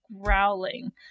growling